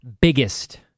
biggest